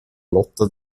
lotta